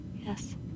Yes